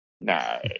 no